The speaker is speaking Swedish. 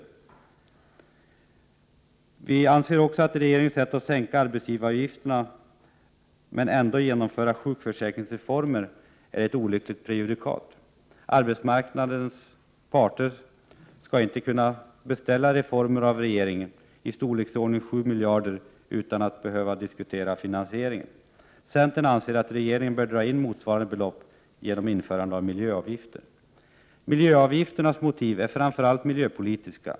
För det tredje anser vi att regeringens sätt att sänka arbetsgivaravgifterna men ändå genomföra sjukförsäkringsreformer är ett olyckligt prejudikat. Arbetsmarknadens parter skall inte kunna beställa reformer av regeringen i storleksordningen 7 miljarder utan att behöva diskutera finansieringen. Centern anser att regeringen bör dra in motsvarande belopp genom införande av miljöavgifter. Miljöavgifternas motiv är framför allt miljöpolitiska.